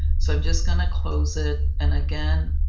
so just going to close it. and, again,